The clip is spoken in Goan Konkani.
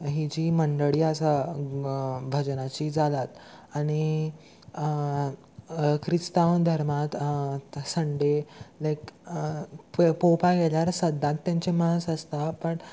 ही जी मंडळी आसा भजनाची जालात आनी क्रिस्तांव धर्मांत संडे लायक पोवपाक गेल्यार सद्दांच तेंचे मास आसता बट